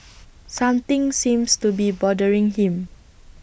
something seems to be bothering him